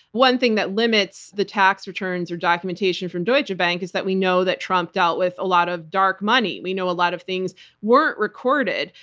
one thing that limits the tax returns or documentation from deutsche bank is that we know that trump dealt with a lot of dark money. we know a lot of things weren't recorded,